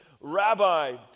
Rabbi